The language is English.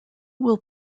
will